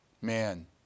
man